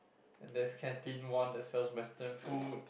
and there's canteen one that sells Western food